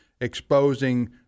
exposing